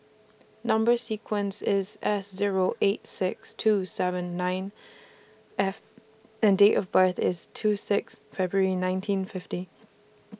Number sequence IS S Zero eight six two seven nine F and Date of birth IS two six February nineteen fifty